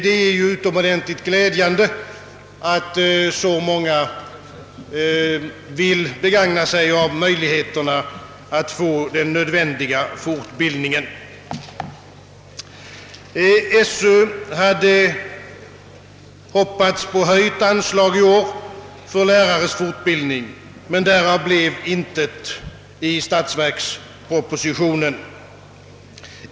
Det är utomordentligt glädjande, att så många vill begagna möjligheterna att få den nödvändiga fortbildningen. Sö hade hoppats på höjt anslag i år för lärares fortbildning, men därav blev intet i statsverkspropositionen.